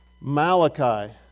Malachi